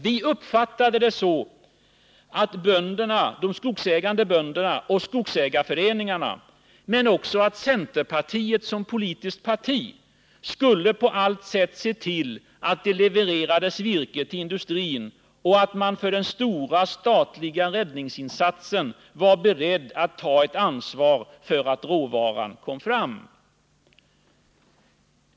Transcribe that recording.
Vi uppfattade det så | att de skogsägande bönderna och skogsägarföreningarna, men också centerpartiet som politiskt parti, skulle på allt sätt se till att det levererades | virke till industrin och att man för den stora statliga räddningsinsatsen var beredd att ta ett ansvar för att råvaran kom fram.